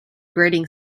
grading